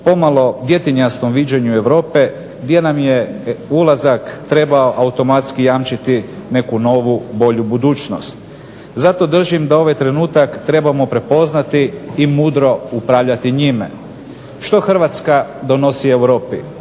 pomalo djetinjastom viđenju Europe gdje nam je ulazak trebao automatski jamčiti neku novu bolju budućnost. Zato držim da ovaj trenutak trebamo prepoznati i mudro upravljati njime. Što Hrvatska donosi Europi?